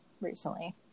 recently